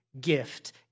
gift